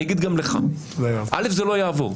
אני אגיד גם לך: א' זה לא יעבור.